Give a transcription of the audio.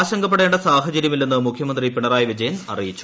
ആശങ്കപ്പെടേണ്ട സാഹചര്യമില്ലെന്ന് മുഖ്യമന്ത്രി പിണറായി വിജയൻ അറിയിച്ചു